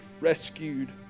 rescued